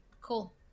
cool